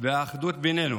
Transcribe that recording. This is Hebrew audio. והאחדות בינינו,